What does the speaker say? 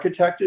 architected